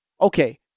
okay